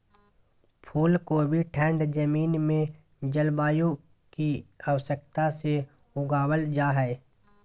फूल कोबी ठंड जमीन में जलवायु की आवश्यकता से उगाबल जा हइ